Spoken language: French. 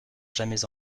jamais